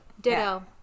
Ditto